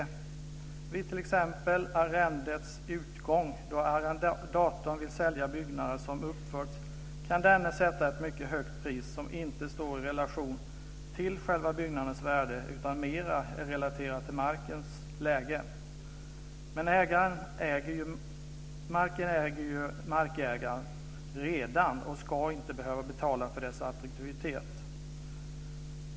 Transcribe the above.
Om en arrendator t.ex. vid arrendets utgång vill sälja byggnader som uppförts, kan denne sätta ett mycket högt pris som inte står i relation till själva byggnadens värde utan mer är relaterat till markens läge. Men markägaren äger ju redan marken och ska inte behöva betala för dess attraktivitet.